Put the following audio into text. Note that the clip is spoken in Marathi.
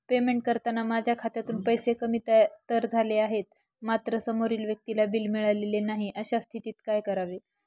पेमेंट करताना माझ्या खात्यातून पैसे कमी तर झाले आहेत मात्र समोरील व्यक्तीला बिल मिळालेले नाही, अशा स्थितीत काय करावे?